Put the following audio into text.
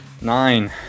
nine